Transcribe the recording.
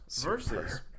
versus